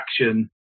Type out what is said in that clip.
action